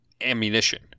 ...ammunition